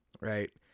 Right